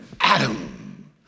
Adam